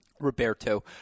Roberto